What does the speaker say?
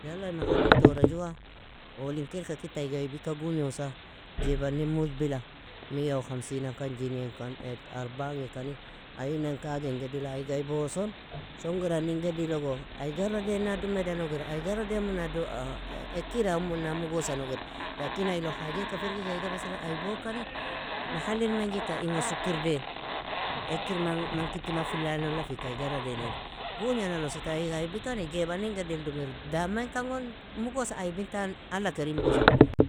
Yala ay mahalil tora jua, owln kailka kitte aiga aibika gugnosa, jaib anin mujbila, مية وخمسين nagkan, jinean kan, et arbangi kani, ain nan kagen gedila aiga ayboson, shongir anin gedilogo aiga aradeena dumeda nogir, aiga aradeenmuna ekiraimuna mugosa nogir, لكن ailon hajieka firgikeka, mesela aibokani, mahalil menjika inga sukir dain, ekiri man kiti man filana olafika aig aradain eli, gugna nalosa ta aig aibikani jaib anin gedigl dumir, damainkan gon mugosa aibintan الله كريم igosa noger.